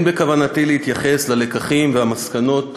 אין בכוונתי להתייחס ללקחים ולמסקנות